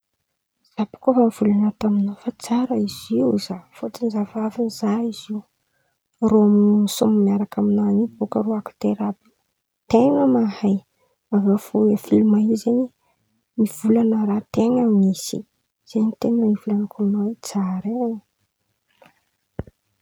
Za bôka efa nivolan̈ana tamin̈ao fa tsara izy io ho zaho fôtiny zaho efa avy nizaha izy io. Irô misôma miaraka amin̈any io bôka irô akitera àby ten̈a mahay avy eo fo filima io zen̈y mivolan̈a raha ten̈a misy, zen̈y ten̈a ivolan̈ako amin̈ao oe tsara e!